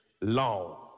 long